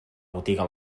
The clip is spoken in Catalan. botiga